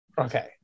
Okay